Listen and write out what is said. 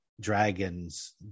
dragons